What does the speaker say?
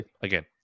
Again